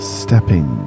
stepping